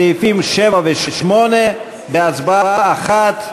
סעיפים 7 ו-8 בהצבעה אחת.